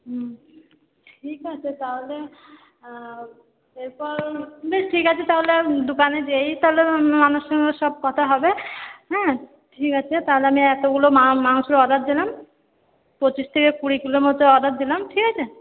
হুম ঠিক আছে তাহলে এরপর বেশ ঠিক আছে তাহলে দোকানে যেয়েই তাহলে সব কথা হবে হ্যাঁ ঠিক আছে তাহলে আমি এতোগুলো মা মাংসর অর্ডার দিলাম পঁচিশ থেকে কুড়ি কিলো মতো অর্ডার দিলাম ঠিক আছে